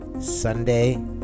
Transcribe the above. Sunday